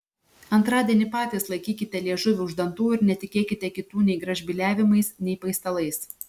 antradienį patys laikykite liežuvį už dantų ir netikėkite kitų nei gražbyliavimais nei paistalais